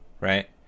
right